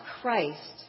Christ